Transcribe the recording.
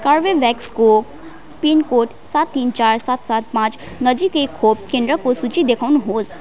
कोर्बेभ्याक्सको pin code सात तिन चार सात सात पाँच नजिकैको खोप केन्द्रको सूची देखाउनु होस्